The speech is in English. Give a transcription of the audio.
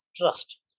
trust